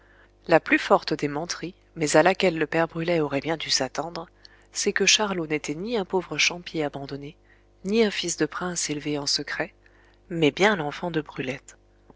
la plus forte des menteries mais à laquelle le père brulet aurait bien dû s'attendre c'est que charlot n'était ni un pauvre champi abandonné ni un fils de prince élevé en secret mais bien l'enfant de brulette